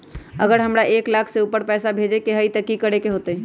अगर हमरा एक लाख से ऊपर पैसा भेजे के होतई त की करेके होतय?